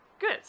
Good